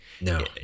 No